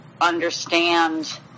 understand